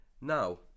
Now